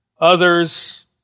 Others